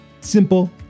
simple